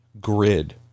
grid